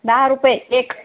दहा रुपये एक